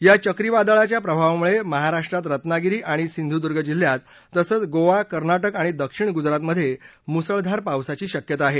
या चक्रीवादळाच्या प्रभावामुळे महाराष्ट्रात रत्नागिरी आणि सिंधुदुर्ग जिल्ह्यात तसंच गोवा कर्नाटक आणि दक्षिण गुजरातमध्ये मुसळधार पावसाची शक्यता आहे